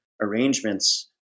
arrangements